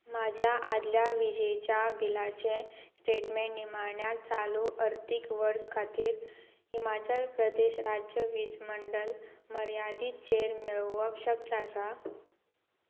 म्हाज्या आदल्या विजेच्या बिलाचें स्टेटमेंट निमाण्या चालू अर्थीक वर्स खातीर हिमाचल प्रदेश राज्य वीजमंडल मर्यादीचेर मेळोवप शक्य आसा